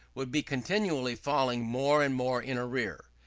would be continually falling more and more in arrear.